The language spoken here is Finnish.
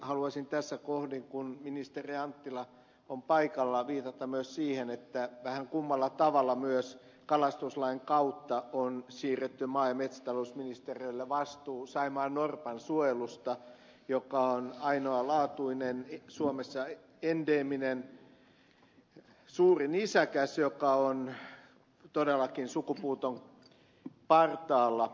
haluaisin tässä kohden kun ministeri anttila on paikalla viitata myös siihen että vähän kummalla tavalla myös kalastuslain kautta on siirretty maa ja metsätalousministeriölle vastuu saimaannorpan suojelusta joka on ainoalaatuinen suomessa endeeminen suuri nisäkäs joka on todellakin sukupuuton partaalla